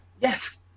Yes